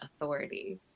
authority